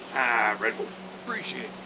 red bull appreciate